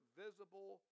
visible